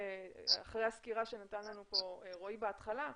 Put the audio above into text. אחרי הסקירה שנתן לנו פה רועי בהתחלה,